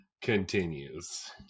continues